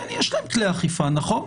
כן, יש להם כלי אכיפה, נכון,